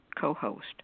co-host